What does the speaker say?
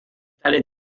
tali